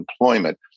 employment